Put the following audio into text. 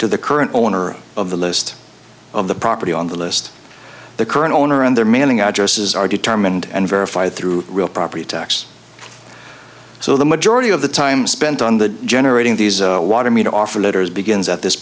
to the current owner of the list of the property on the list the current owner and their mailing addresses are determined and verified through real property tax so the majority of the time spent on the generating these water me to offer letters begins at this